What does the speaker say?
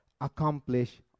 accomplish